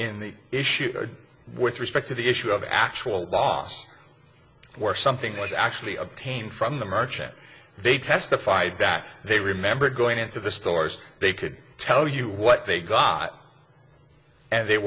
in the issue with respect to the issue of actual loss where something was actually obtained from the merchant they testified that they remember going into the stores they could tell you what they got and they